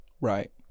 Right